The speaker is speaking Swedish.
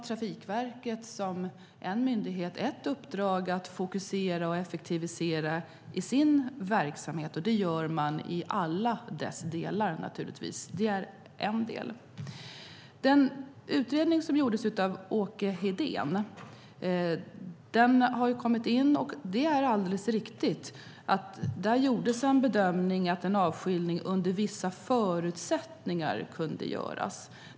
Trafikverket har, som en myndighet, ett uppdrag att fokusera och effektivisera i sin verksamhet. Det gör man naturligtvis i alla dess delar. Det är en del. Den utredning som gjordes av Åke Hedén har kommit in. Det är alldeles riktigt att det där gjordes bedömningen att en avskiljning kunde göras under vissa förutsättningar.